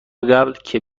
قبل، که